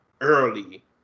early